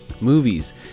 movies